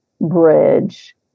bridge